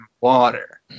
water